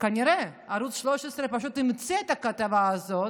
כנראה ערוץ 13 פשוט המציא את הכתבה הזאת,